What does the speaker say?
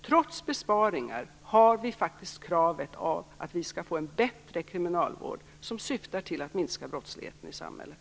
Trots besparingar finns faktiskt kravet på att det skall bli en bättre kriminalvård som syftar till att minska brottsligheten i samhället.